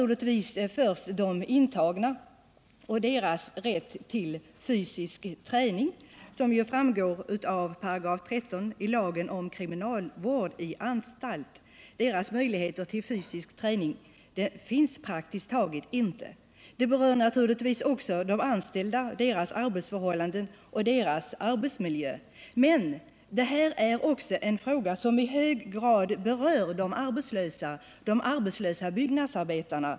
Först och främst är naturligtvis de intagna berörda. Möjligheter för dem till fysisk träning, som de har rätt till enligt 13 § lagen om kriminalvård i anstalt, finns praktiskt taget inte. Frågan berör naturligtvis också de anställda — deras arbetsförhållanden och arbetsmiljö. Men detta är också en fråga som i hög grad berör de arbetslösa byggnadsarbetarna.